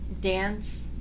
dance